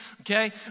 okay